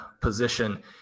position